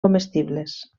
comestibles